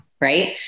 right